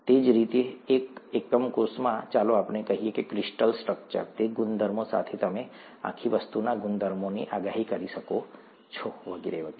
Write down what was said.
તે જ રીતે જે રીતે એકમ કોષમાં ચાલો આપણે કહીએ કે ક્રિસ્ટલ સ્ટ્રક્ચર તે ગુણધર્મો સાથે તમે આખી વસ્તુના ગુણધર્મોની આગાહી કરી શકો છો વગેરે